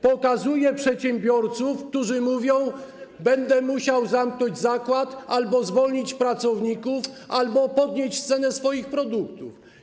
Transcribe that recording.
Pokazuje wam przedsiębiorców, którzy mówią: będę musiał zamknąć zakład, zwolnić pracowników albo podnieść cenę swoich produktów.